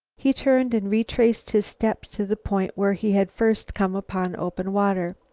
he turned and retraced his steps to the point where he had first come upon open water.